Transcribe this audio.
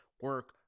Work